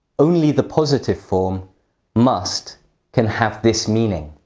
only the positive form must' can have this meaning.